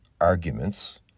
arguments